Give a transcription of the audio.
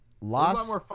Lost